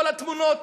כל התמונות,